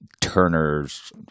Turner's